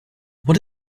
what